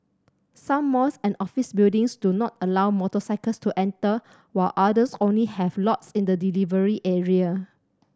some malls and office buildings do not allow motorcycles to enter while others only have lots in the delivery area